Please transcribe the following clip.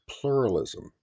pluralism